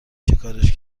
چیکارش